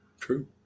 True